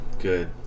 Good